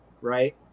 right